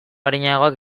arinagoak